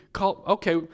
Okay